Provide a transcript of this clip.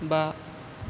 बा